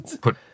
put